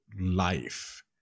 life